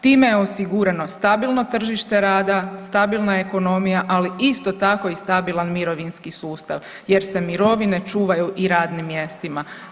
Time je osigurano stabilno tržište rada, stabilna ekonomija, ali isto tako i stabilan mirovinski sustav jer se mirovine čuvaju i radnim mjestima.